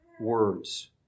words